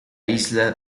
isla